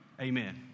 Amen